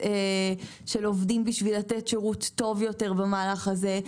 של עובדים בשביל לתת שירות טוב יותר במהלך הזה.